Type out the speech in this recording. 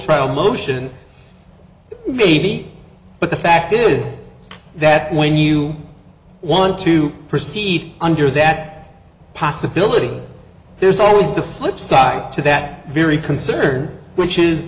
trial motion maybe but the fact is that when you want to proceed under that possibility there's always the flipside to that very concern which is